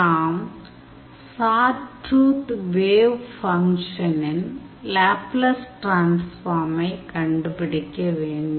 நாம் sawtooth wave ஃபங்க்ஷனின் Laplace டிரான்ஸ்ஃபார்மை கண்டுபிடிக்க வேண்டும்